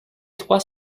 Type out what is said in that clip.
trois